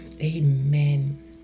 amen